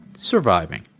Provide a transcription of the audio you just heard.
surviving